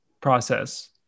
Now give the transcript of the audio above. process